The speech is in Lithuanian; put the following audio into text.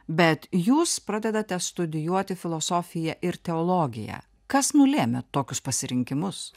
bet jūs pradedate studijuoti filosofiją ir teologiją kas nulėmė tokius pasirinkimus